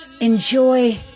Enjoy